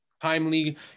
timely